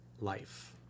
life